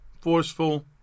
forceful